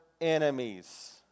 enemies